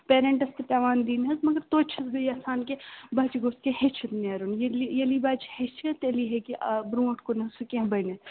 parents تہِ پٮ۪وان دِنہِ مگر توتہِ چھَس بہٕ یژھان کہِ بچہِ گوٚژھ کیٚنٛہہ ہیِٚچھُن نیرُن ییٚلہِ ییٚلی بَچہِ ہیِٚچھِ تیٚلی ہیٚکہِ آ برٛونٛٹھ کُنتھ سُہ کیٚنٛہہ بٔنِتھ